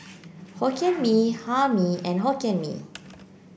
Hokkien Mee Hae Mee and Hokkien Mee